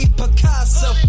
picasso